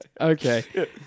Okay